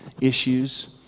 issues